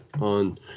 on